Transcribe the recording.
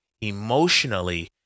emotionally